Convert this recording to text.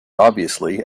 obviously